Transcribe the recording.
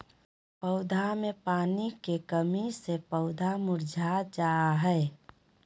पौधा मे पानी के कमी से पौधा मुरझा जा हय